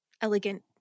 elegant